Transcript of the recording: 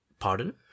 Pardon